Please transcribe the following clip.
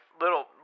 Little